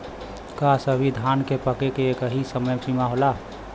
का सभी धान के पके के एकही समय सीमा होला?